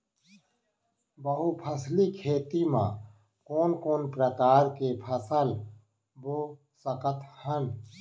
बहुफसली खेती मा कोन कोन प्रकार के फसल बो सकत हन?